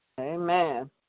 Amen